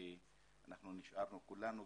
שאנחנו נשארנו כולנו,